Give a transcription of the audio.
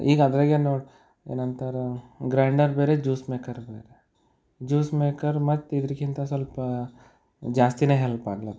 ಈಗ ಅದ್ರಾಗ ಏನು ಏನಂತಾರೆ ಗ್ರ್ಯಾಂಡರ್ ಬೇರೆ ಜ್ಯೂಸ್ ಮೇಕರ್ ಬೇರೆ ಜ್ಯೂಸ್ ಮೇಕರ್ ಮತ್ತು ಇದಕ್ಕಿಂತ ಸ್ವಲ್ಪ ಜಾಸ್ತಿಯೇ ಹೆಲ್ಪ್ ಆಗ್ಲಾತ್ತದ